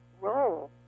role